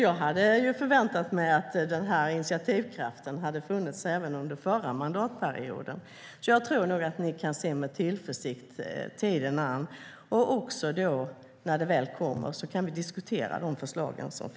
Jag hade förväntat mig att denna initiativkraft hade funnits även under den förra mandatperioden.